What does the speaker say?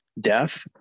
death